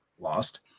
lost